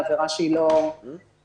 עבירה שהיא לא פשע.